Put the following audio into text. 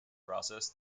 process